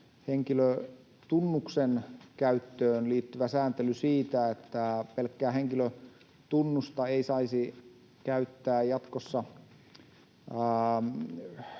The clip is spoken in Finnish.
henkilötunnuksen käyttöön liittyvä sääntely siitä, että pelkkää henkilötunnusta ei saisi käyttää jatkossa